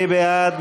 מי בעד?